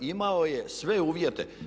Imao je sve uvjete.